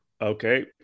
Okay